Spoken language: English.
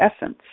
essence